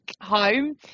home